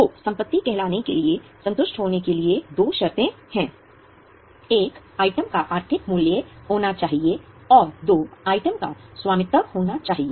तो संपत्ति कहलाने के लिए संतुष्ट होने के लिए दो शर्तें हैं एक आइटम का आर्थिक मूल्य होना चाहिए और दो आइटम का स्वामित्व होना चाहिए